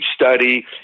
study